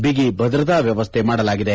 ಬಿಗಿ ಭದ್ರತಾ ವ್ಯವಸ್ಥೆ ಮಾಡಲಾಗಿದೆ